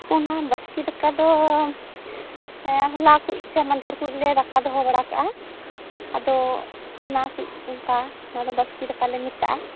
ᱚᱱᱟ ᱵᱟᱥᱠᱮ ᱫᱟᱠᱟ ᱫᱚ ᱦᱚᱞᱟ ᱠᱷᱚᱱ ᱥᱮ ᱢᱟᱫᱷᱮᱨ ᱠᱷᱚᱱ ᱞᱮ ᱫᱟᱠᱟ ᱫᱚᱦᱚ ᱵᱟᱲᱟ ᱠᱟᱜᱼᱟ ᱟᱫᱚ ᱚᱱᱟ ᱠᱚ ᱚᱱᱠᱟ ᱚᱱᱟ ᱫᱚ ᱵᱟᱥᱠᱮ ᱫᱟᱠᱟ ᱞᱮ ᱢᱮᱛᱟᱜᱼᱟ